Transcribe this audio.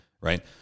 right